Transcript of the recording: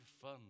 fun